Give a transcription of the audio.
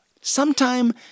sometime